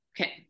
Okay